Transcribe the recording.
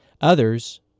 Others